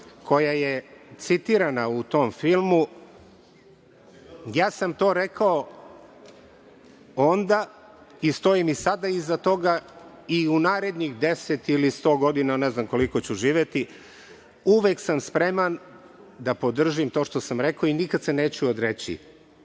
koja je citirana u tom filmu, ja sam to rekao onda i stojim i sada iza toga, i u narednih deset ili sto godina, ne znam koliko ću živeti, uvek sam spreman da podržim to što sam rekao i nikad se neću odreći